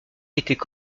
étaient